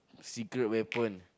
secret weapon